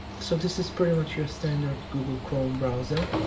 so this is pretty much your standard google chrome browser,